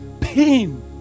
Pain